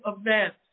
event